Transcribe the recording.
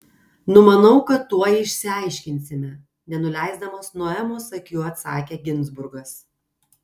numanau kad tuoj išsiaiškinsime nenuleisdamas nuo emos akių atsakė ginzburgas